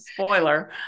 spoiler